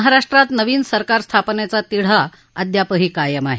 महाराष्ट्रात नवीन सरकार स्थापनेचा तिढा अद्यापही कायम आहे